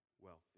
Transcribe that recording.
wealthy